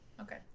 okay